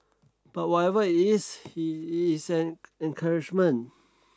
but whatever it's he it's an encouragement